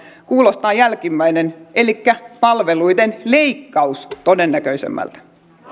kuulostaa jälkimmäinen elikkä palveluiden leikkaus todennäköisemmältä